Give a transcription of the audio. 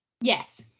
Yes